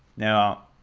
now,